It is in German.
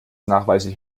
nachweislich